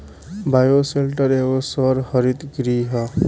bioshelter एगो सौर हरित गृह ह